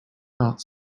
not